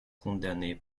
condamné